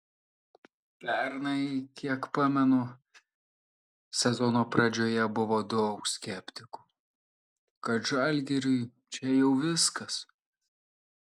pernai kiek pamenu sezono pradžioje buvo daug skeptikų kad žalgiriui čia jau viskas